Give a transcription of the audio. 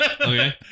Okay